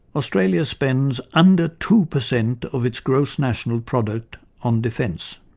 australia spends under two percent of its gross national product on defence.